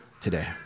today